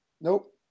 Nope